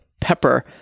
pepper